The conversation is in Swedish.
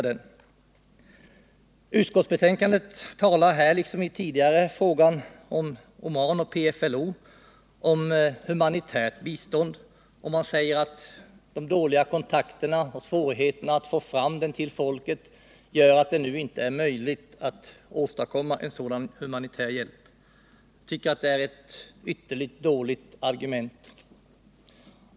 I utskottsbetänkandet talas nu, liksom i den tidigare frågan om Oman och PFLO, om humanitärt bistånd. Det sägs att de dåliga kontakterna och svårigheterna att få fram biståndet till folket gör att det nu inte är möjligt att Demokratiska ET republiken Östra åstadkomma en sådan humanitär hjälp. Jag tycker att det är ett ytterligt dåligt Timor m. m argument.